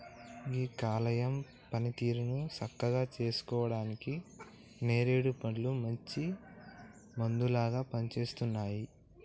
గీ కాలేయం పనితీరుని సక్కగా సేసుకుంటానికి నేరేడు పండ్లు మంచి మందులాగా పనిసేస్తున్నాయి